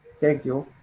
thank you.